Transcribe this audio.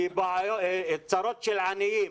אלה צרות של עניים.